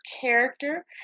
character